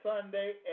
Sunday